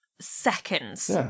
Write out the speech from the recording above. seconds